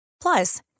Plus